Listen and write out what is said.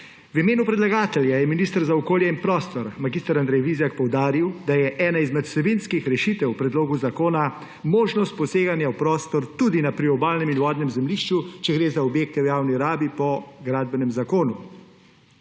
V imenu predlagatelja je minister za okolje in prostor mag. Andrej Vizjak poudaril, da je ena izmed vsebinskih rešitev k predlogu zakona možnost poseganja v prostor tudi na priobalnem in vodnem zemljišču, če gre za objekte v javni rabi po Gradbenem zakonu.